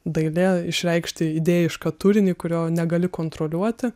dailė išreikšti idėjišką turinį kurio negali kontroliuoti